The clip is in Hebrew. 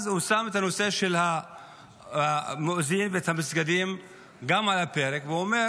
אז הוא שם את הנושא של המואזין ואת המסגדים על הפרק ואומר